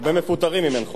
זה הרבה מפוטרים אם אין חוק.